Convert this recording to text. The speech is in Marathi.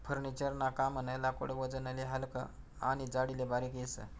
फर्निचर ना कामनं लाकूड वजनले हलकं आनी जाडीले बारीक येस